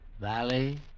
Valley